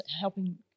helping